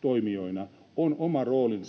toimijoina